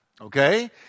okay